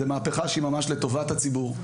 זה מהפכה שהיא ממש לטובת הציבור.